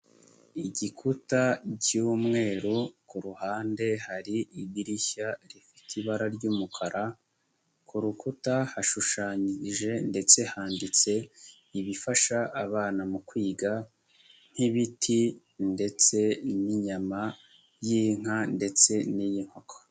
Igikuta cy'umweru ku ruhande hari idirishya rifite ibara ry'umukara, ku rukuta hashushanyije ndetse handitse, ibifasha abana mu kwiga nk'ibiti ndetse n'inyama y'inka ndetse n'iy'inkoko.